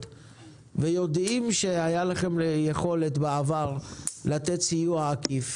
ויודעים שהייתה לכם יכולת בעבר לתת סיוע עקיף.